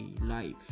life